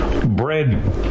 bread